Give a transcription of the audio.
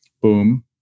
Boom